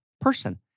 person